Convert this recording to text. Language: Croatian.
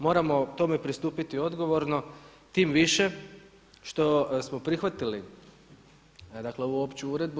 Moramo tome pristupiti odgovorno tim više što smo prihvatili dakle ovu opću uredbu.